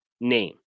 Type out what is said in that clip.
name